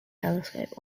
telescope